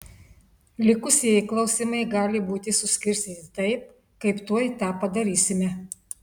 likusieji klausimai gali būti suskirstyti taip kaip tuoj tą padarysime